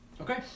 Okay